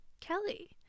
Kelly